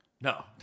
No